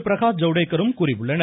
பிரகாஷ் ஜவ்தேக்கரும் கூறியுள்ளனர்